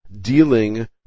dealing